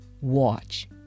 watch